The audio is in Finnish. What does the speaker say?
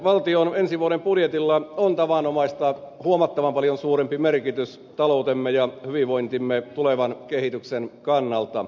valtion ensi vuoden budjetilla on tavanomaista huomattavan paljon suurempi merkitys taloutemme ja hyvinvointimme tulevan kehityksen kannalta